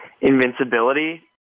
invincibility